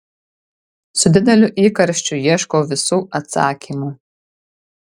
su dideliu įkarščiu ieškau visų atsakymų